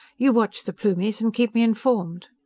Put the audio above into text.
you watch the plumies and keep me informed!